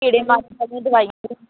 ਕੀੜੇ ਮਾਰਨ ਵਾਲੀਆਂ ਦਵਾਈਆਂ ਵੀ